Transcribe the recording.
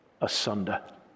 asunder